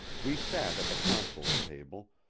we sat at the consul's table,